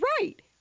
right